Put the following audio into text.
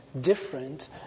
different